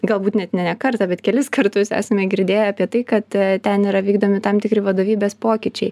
galbūt net ne ne kartą bet kelis kartus esame girdėję apie tai kad ten yra vykdomi tam tikri vadovybės pokyčiai